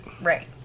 Right